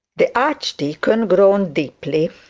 the archdeacon groaned deeply,